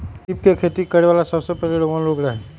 सीप के खेती करे वाला सबसे पहिले रोमन लोग रहे